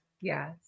Yes